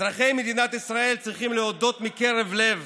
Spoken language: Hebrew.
אזרחי מדינת ישראל צריכים להודות מקרב לב